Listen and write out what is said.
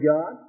God